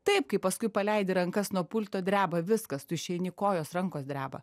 taip kaip paskui paleidi rankas nuo pulto dreba viskas tu išeini kojos rankos dreba